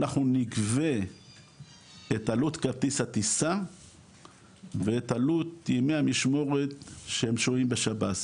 אנחנו נגבה את עלות כרטיס הטיסה ואת עלות ימי המשמורת שהם שוהים בשב"ס,